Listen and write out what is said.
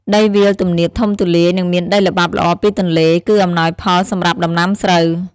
ដីវាលទំនាបធំទូលាយ និងមានដីល្បាប់ល្អពីទន្លេ គឺអំណោយផលសម្រាប់ដំណាំស្រូវ។